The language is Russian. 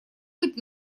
быть